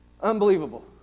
Unbelievable